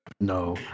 No